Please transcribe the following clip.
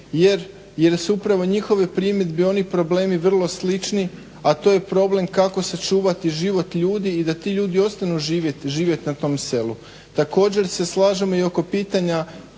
jer su upravo u njihovoj primjedbi oni problemi vrlo slični a to je problem kako sačuvati život ljudi i da ti ljudi ostanu živjet na tom selu. Također se slažemo i oko pitanja